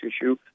issue